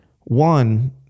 one